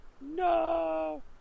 No